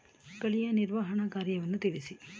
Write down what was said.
ಕಳೆಯ ನಿರ್ವಹಣಾ ಕಾರ್ಯವನ್ನು ತಿಳಿಸಿ?